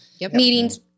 meetings